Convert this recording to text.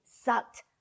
sucked